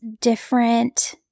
different